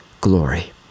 glory